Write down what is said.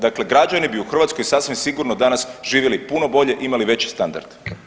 Dakle, građani bi u Hrvatskoj sasvim sigurno danas živjeli puno bolje, imali veći standard.